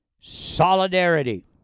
solidarity